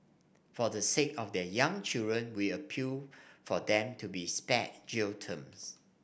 for the sake of their young children we appeal for them to be spared jail terms